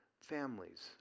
families